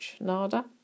nada